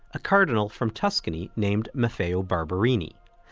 a cardinal from tuscany named maffeo barbarini.